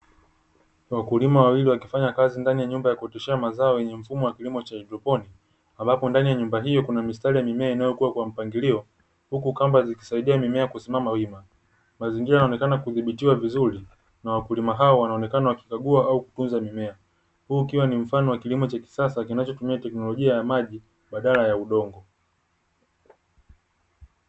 Wakulima wawili wakifanya kazi ndani ya nyumba ya kutushia mazao yenye mfumo wa kilimo cha haidroponi, ambako ndani ya nyumba hiyo kuna mistari ya mimea inayokuwa kwa mpangilio, huku kamba zikisaidia mimea kusimama wima mazingira yanaonekana kudhibitiwa vizuri na wakulima hao wanaonekana wakikagua au kutunza mimea kwa hiyo ukiwa ni mfano wa kilimo cha kisasa kinachotumia teknolojia ya maji badala ya udongo.